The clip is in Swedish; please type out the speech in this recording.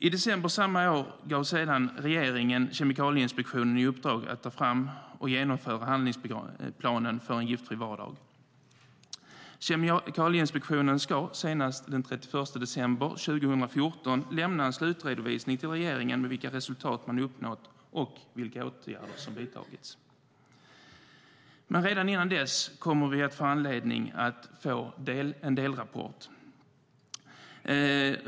I december samma år gav regeringen Kemikalieinspektionen i uppdrag att ta fram och genomföra handlingsplanen för en giftfri vardag. Kemikalieinspektionen ska senast den 31 december 2014 lämna en slutredovisning till regeringen av vilka resultat man uppnått och vilka åtgärder som vidtagits. Redan innan dess kommer vi att få en delrapport.